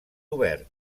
obert